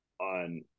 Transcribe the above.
on